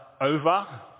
over